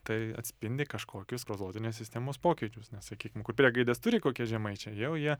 tai atspindi kažkokius prozodinės sistemos pokyčius nes sakykim kur priegaides turi kokie žemaičiai jau jie